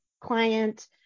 client